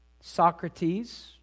Socrates